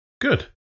Good